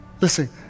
Listen